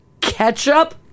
ketchup